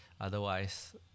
Otherwise